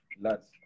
lads